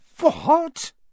What